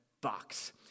box